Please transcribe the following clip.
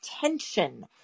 tension